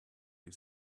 you